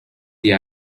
the